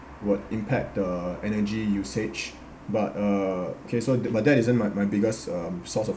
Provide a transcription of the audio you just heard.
would impact the energy usage but uh okay so but that isn't my my biggest um source of